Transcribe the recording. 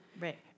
Right